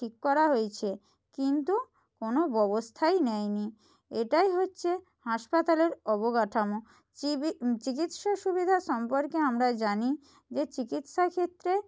ঠিক করা হয়েছে কিন্তু কোনো ব্যবস্থাই নেয়নি এটাই হচ্ছে হাসপাতালের অবকাঠামো চিবি চিকিৎসা সুবিধা সম্পর্কে আমরা জানি যে চিকিৎসাক্ষেত্রে